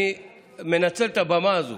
אני מנצל את הבמה הזו,